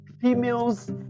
Females